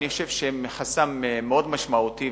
אני חושב שהם חסם מאוד משמעותי,